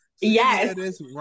Yes